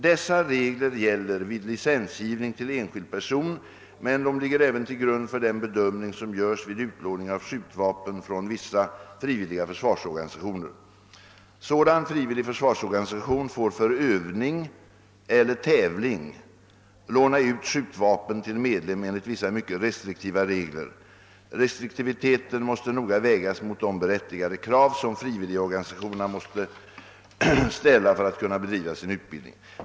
Dessa regler gäller vid licensgivning till enskild person men de ligger även till grund för den bedömning som görs vid utlåning av skjutvapen från vissa frivilliga försvarsorganisationer. Sådan frivillig försvarsorganisation får för övning eller tävling låna ut skjutvapen till medlem enligt vissa mycket restriktiva regler. Restriktiviteten måste noga vägas mot de berättigade krav, som frivilligorganisationerna måste ställa för att kunna bedriva sin utbildning.